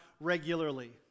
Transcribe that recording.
regularly